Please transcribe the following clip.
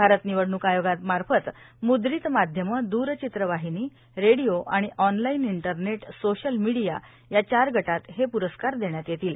भारत निवडणूक आयोगामार्फत म्द्रित माध्यम द्रचित्रवाहिनी रेडिओ आणि ऑनलाईन इंटरनेट सोशल मीडिया या चार गटात हे पुरस्कार देण्यात येतील